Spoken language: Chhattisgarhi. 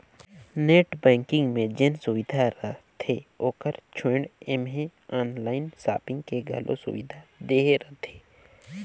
नेट बैंकिग मे जेन सुबिधा रहथे ओकर छोयड़ ऐम्हें आनलाइन सापिंग के घलो सुविधा देहे रहथें